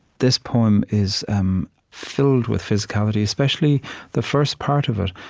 this poem is um filled with physicality, especially the first part of it.